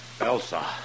Elsa